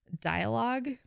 dialogue